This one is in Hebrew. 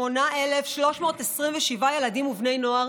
2,908,327 ילדים ובני נוער,